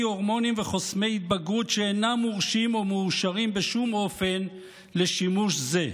הורמונים וחוסמי התבגרות שאינם מורשים או מאושרים בשום אופן לשימוש זה.